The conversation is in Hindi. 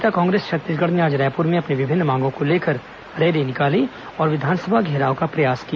जनता कांग्रेस छत्तीसगढ़ ने आज रायपुर में अपनी विभिन्न मांगों को लेकर रैली निकाली और विधानसभा घेराव का प्रयास किया